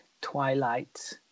Twilight